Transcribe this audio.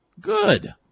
good